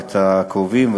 ואת הקרובים,